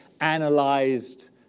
analyzed